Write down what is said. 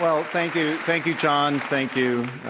um thank you. thank you, john. thank you.